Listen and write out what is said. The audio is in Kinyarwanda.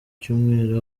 cyumweru